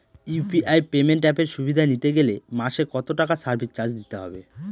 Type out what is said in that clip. UPI payment অ্যাপের সুবিধা নিতে গেলে মাসে কত টাকা সার্ভিস চার্জ দিতে হবে?